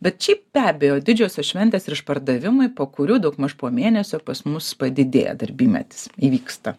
bet šiaip be abejo didžiosios šventės ir išpardavimai po kurių daugmaž po mėnesio pas mus padidėja darbymetis įvyksta